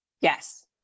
Yes